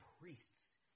priests